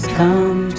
come